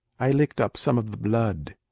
i licked up some of the blood.